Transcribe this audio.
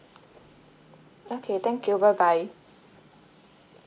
okay thank you bye bye